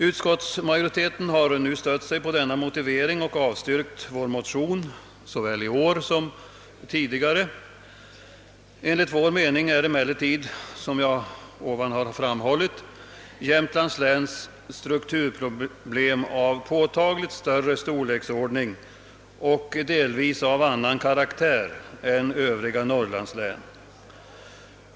Utskottsmajoriteten har stött sig på denna motivering och avstyrkt vår motion i år liksom man gjort med vår tidigare motion i samma sak. Enligt vår mening är emellertid, som jag i det föregående framhållit, Jämtlands läns strukturproblem av påtagligt större storleksordning och delvis annan karaktär än övriga norrlandsläns.